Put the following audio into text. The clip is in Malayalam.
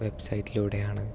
വെബ് സൈറ്റിലൂടെയാണ്